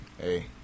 Hey